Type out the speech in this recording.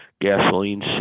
Gasoline